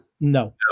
No